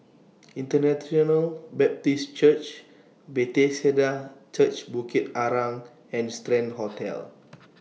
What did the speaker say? International Baptist Church Bethesda Church Bukit Arang and Strand Hotel